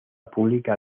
pública